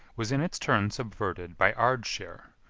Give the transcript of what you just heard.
was in its turn subverted by ardshir,